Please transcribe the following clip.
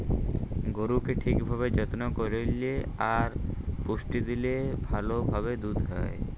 গরুকে ঠিক ভাবে যত্ন করল্যে আর পুষ্টি দিলে ভাল ভাবে দুধ হ্যয়